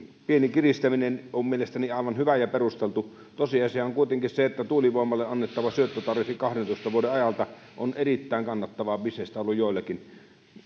pieni kiristäminen on mielestäni aivan hyvä ja perusteltu tosiasia on kuitenkin se että tuulivoimalle annettava syöttötariffi kahdentoista vuoden ajalta on erittäin kannattavaa bisnestä ollut joillekin